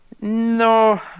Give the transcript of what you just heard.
No